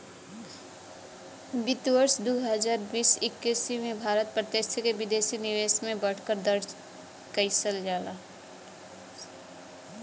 वित्त वर्ष दू हजार बीस एक्कीस में भारत प्रत्यक्ष विदेशी निवेश में बढ़त दर्ज कइलस